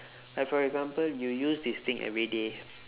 like for example you use this thing everyday